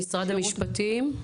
משרד המשפטים?